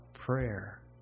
prayer